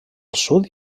sud